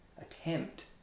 attempt